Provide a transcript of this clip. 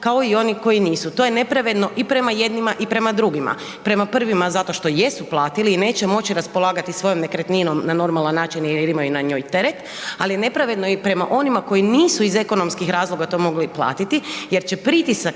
kao i oni koji nisu. To je nepravedno i prema jednima i prema drugima. Prema prvima zato što jesu platili i neće moći raspolagati svojom nekretninom na normalan način jer imaju na njoj teret, ali i nepravedno prema onima koji nisu iz ekonomskih razloga to mogli platiti jer će pritisak